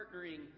partnering